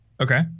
okay